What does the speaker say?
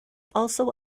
also